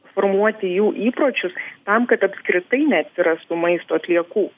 formuoti jų įpročius tam kad apskritai neatsirastų maisto atliekų